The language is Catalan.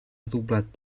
doblat